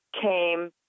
came